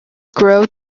grow